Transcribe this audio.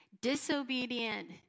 disobedient